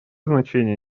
значение